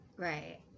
Right